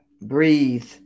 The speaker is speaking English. Breathe